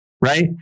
Right